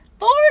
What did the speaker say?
Lord